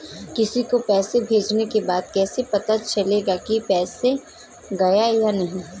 किसी को पैसे भेजने के बाद कैसे पता चलेगा कि पैसे गए या नहीं?